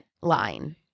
Line